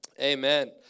amen